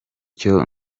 cyo